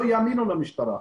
לא יאמינו למשטרה.